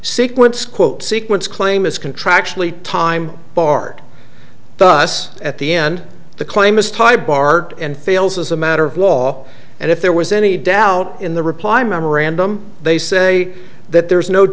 sequence quote sequence claim is contractually time barred thus at the end the claim is tie barred and fails as a matter of law and if there was any doubt in the reply memorandum they say that there is no